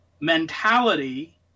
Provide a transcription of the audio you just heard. mentality